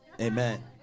Amen